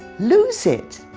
lose it.